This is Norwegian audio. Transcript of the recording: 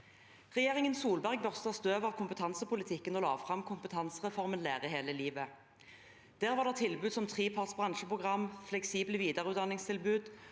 Regjeringen Solberg børstet støv av kompetansepolitikken og la fram kompetansereformen Lære hele livet. Der var det tilbud som treparts bransjeprogram, fleksible videreutdanningstilbud